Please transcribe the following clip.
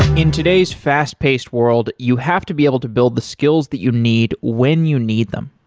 in today's fast paced world, you have to be able to build the skills that you need when you need them.